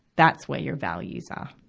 that's where your values are.